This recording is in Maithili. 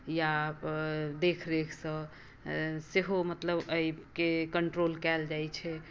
या देखरेखसँ सेहो मतलब एहिके कंट्रोल कएल जाइत छै